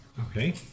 Okay